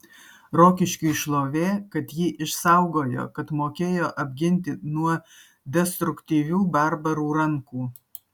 rokiškiui šlovė kad jį išsaugojo kad mokėjo apginti nuo destruktyvių barbarų rankų